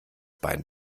bein